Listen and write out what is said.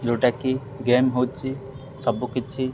ଯେଉଁଟାକି ଗେମ୍ ହେଉଛି ସବୁକିଛି